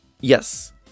yes